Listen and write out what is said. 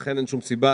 לכן, אין שום סיבה